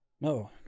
No